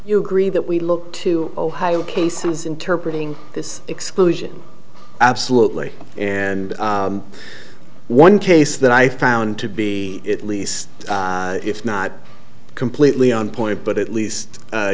you agree that we look to ohio cases interpretating this exclusion absolutely and one case that i found to be at least if not completely on point but at least a